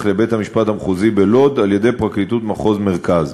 לבית-המשפט המחוזי בלוד על-ידי פרקליטות מחוז מרכז.